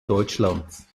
deutschlands